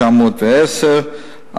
910,